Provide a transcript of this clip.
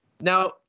Now